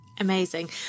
Amazing